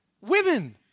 Women